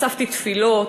אספתי תפילות,